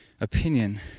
opinion